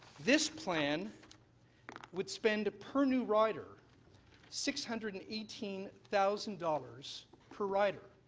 this plan would spend per new rider six hundred and eighteen thousand dollars per rider.